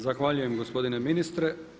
Zahvaljujem gospodine ministre.